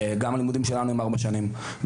גם הלימודים שלנו הם ארבע שנים.